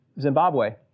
Zimbabwe